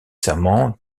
serment